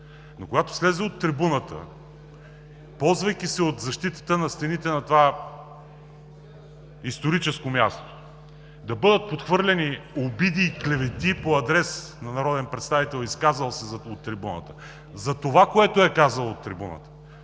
Но когато слезе от трибуната, ползвайки се от защитата на стените на това историческо място, да бъдат подхвърляни обиди и клевети по адрес на народен представител, изказал се от трибуната, за онова, което е казал от трибуната